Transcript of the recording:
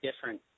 different